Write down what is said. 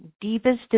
Deepest